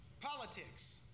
politics